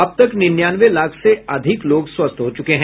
अब तक निन्यानवे लाख से अधिक लोग स्वस्थ हो चुके हैं